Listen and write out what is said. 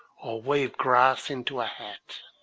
or weave grass into a hat